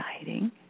exciting